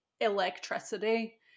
electricity